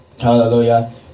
hallelujah